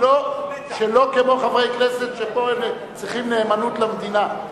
שלא כמו חברי הכנסת, שפה הם צריכים נאמנות למדינה,